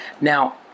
Now